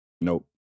Nope